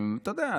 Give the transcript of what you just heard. אתה יודע,